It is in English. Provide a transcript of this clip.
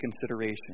consideration